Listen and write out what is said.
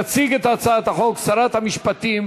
תציג את הצעת החוק שרת המשפטים